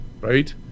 right